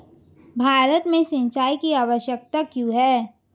भारत में सिंचाई की आवश्यकता क्यों है?